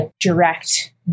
direct